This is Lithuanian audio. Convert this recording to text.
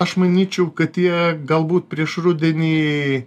aš manyčiau kad jie galbūt prieš rudenį